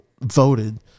voted